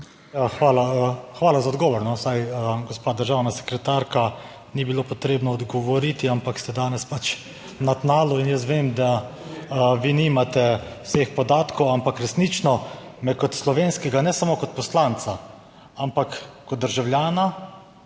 Hvala za odgovor. Saj, gospa državna sekretarka, ni bilo potrebno odgovoriti, ampak ste danes pač na tnalu in jaz vem, da vi nimate vseh podatkov, ampak resnično me kot slovenskega ne samo kot poslanca ampak kot državljana